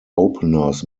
openers